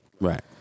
Right